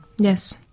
Yes